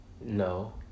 No